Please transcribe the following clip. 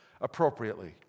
appropriately